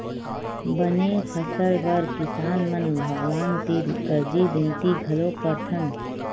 बने फसल बर किसान मन भगवान तीर अरजी बिनती घलोक करथन